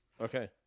okay